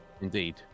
indeed